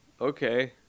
okay